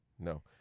No